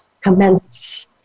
commence